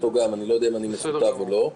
אני לא יודע אם אני מכותב או לא.